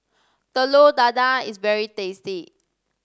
Telur Dadah is very tasty